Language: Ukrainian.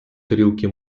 тарілки